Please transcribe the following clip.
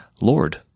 Lord